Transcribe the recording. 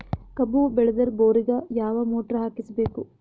ಕಬ್ಬು ಬೇಳದರ್ ಬೋರಿಗ ಯಾವ ಮೋಟ್ರ ಹಾಕಿಸಬೇಕು?